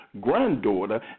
granddaughter